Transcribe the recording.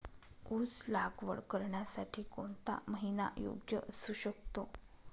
ऊस लागवड करण्यासाठी कोणता महिना योग्य असू शकतो?